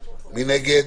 מי נגד?